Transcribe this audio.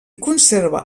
conserva